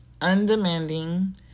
undemanding